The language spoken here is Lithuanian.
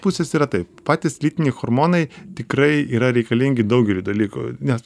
pusės yra taip patys lytiniai hormonai tikrai yra reikalingi daugeliui dalykų nes